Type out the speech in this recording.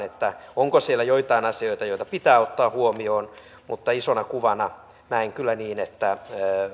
onko siellä joitain asioita joita pitää ottaa huomioon mutta isona kuvana näen kyllä niin että